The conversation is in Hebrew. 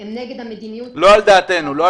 הם נגד המדיניות של הממשלה.